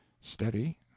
Steady